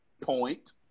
point